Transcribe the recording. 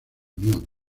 unión